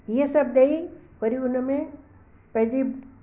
इहे सभु ॾेई वरी उन में पंहिंजी